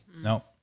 No